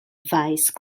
vice